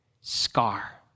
scar